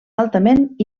altament